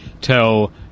tell